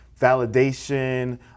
validation